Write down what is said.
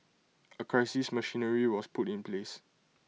A crisis machinery was put in place